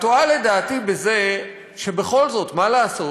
את טועה לדעתי בזה שבכל זאת, מה לעשות?